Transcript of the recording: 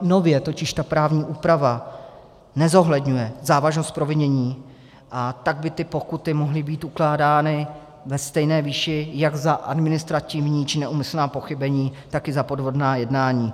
Nově totiž ta právní úprava nezohledňuje závažnost provinění, a tak by ty pokuty mohly být ukládány ve stejné výši jak za administrativní či neúmyslná pochybení, tak i za podvodná jednání.